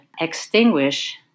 extinguish